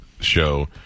show